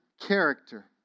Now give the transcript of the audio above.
character